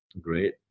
Great